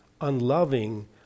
unloving